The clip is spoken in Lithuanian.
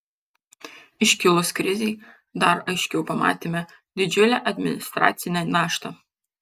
iškilus krizei dar aiškiau pamatėme didžiulę administracinę naštą